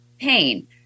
pain